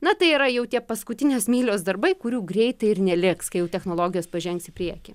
na tai yra jau tie paskutinės mylios darbai kurių greitai ir neliks kai technologijos pažengs į priekį